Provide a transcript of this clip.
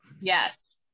Yes